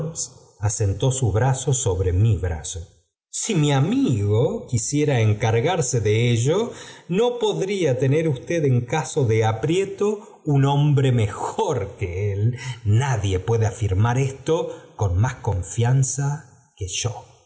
asentó su mano sobre mi brazo n t sl mi amigo quisiera encargarse de ello no podría tener usted en caso de aprieto un hombre mejor que él nadie puede afirmar esto con más confianza que yo